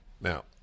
Now